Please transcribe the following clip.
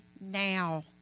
now